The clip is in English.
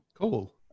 Cool